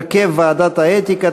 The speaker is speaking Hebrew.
הרכב ועדת האתיקה),